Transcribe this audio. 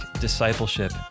discipleship